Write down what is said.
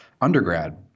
undergrad